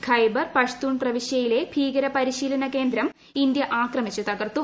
ഖൈബർ പഷ്തൂൺ പ്രവിശ്യയിലെ ഭീകരപരിശീലന കേന്ദ്രം ഇന്ത്യ ആക്രമിച്ച് തകർത്തു